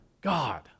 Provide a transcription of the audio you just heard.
God